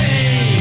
Hey